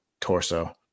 torso